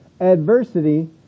adversity